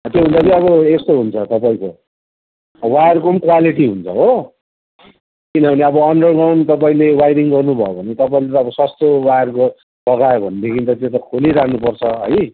त्यो हुँदा चाहिँ अब यस्तो हुन्छ तपाईँको वायरको पनि क्वालेटि हुन्छ हो किनभने अन्डरग्राउन्ड तपाईँले वायरिङ गर्नु भयो भने तपाईँले त अब सस्तो वायर लगायो भनदेखि त त्यो त खोली रहनु पर्छ है